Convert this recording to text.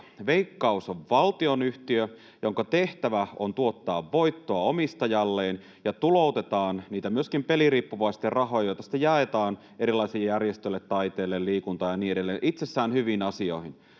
Veikkaus on valtionyhtiö, jonka tehtävä on tuottaa voittoa omistajalleen ja tulouttaa myöskin niitä peliriippuvaisten rahoja, joita sitten jaetaan erilaisille järjestöille, taiteelle, liikuntaan ja niin edelleen, itsessään hyviin asioihin,